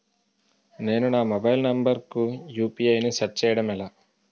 నేను నా mobile number కుయు.పి.ఐ ను సెట్ చేయడం ఎలా?